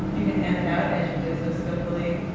you can hand it out as you did so skillfully,